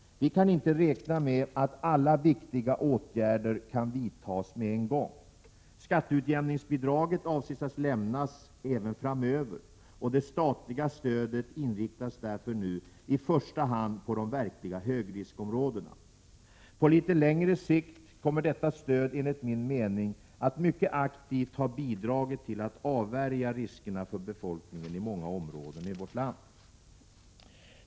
Vi kan inte räkna med att alla viktiga åtgärder kan vidtas med en gång. Skatteutjämningsbidraget avses att lämnas även framöver. Det statliga stödet inriktas därför nu i första hand på de verkliga högriskområdena. På litet längre sikt kommer detta stöd enligt min mening att mycket aktivt ha bidragit till att avvärja riskerna för befolkningen i många områden i landet.